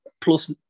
plus